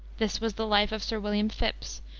this was the life of sir william phipps,